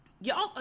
Y'all